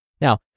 Now